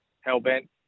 hell-bent